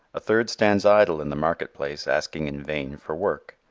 a third stands idle in the market place asking in vain for work.